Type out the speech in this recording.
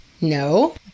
No